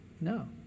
No